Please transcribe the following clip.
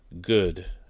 good